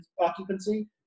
occupancy